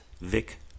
Vic